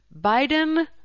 Biden